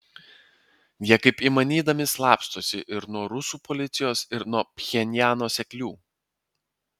jie kaip įmanydami slapstosi ir nuo rusų policijos ir nuo pchenjano seklių